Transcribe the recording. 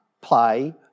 play